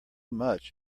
much